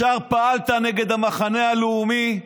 ישר פעלת נגד המחנה הלאומי,